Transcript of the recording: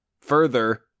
further